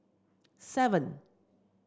seven